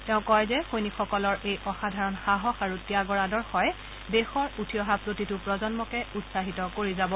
তেওঁ কয় যে সৈনিকসকলৰ এই অসাধাৰণ সাহস আৰু ত্যাগৰ আদৰ্শই দেশৰ উঠি অহা প্ৰতিটো প্ৰজন্মকে উৎসাহিত কৰি যাব